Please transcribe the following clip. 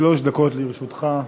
שלוש דקות לרשותך.